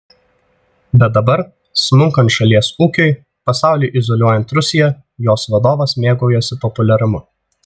bet dabar smunkant šalies ūkiui pasauliui izoliuojant rusiją jos vadovas mėgaujasi populiarumu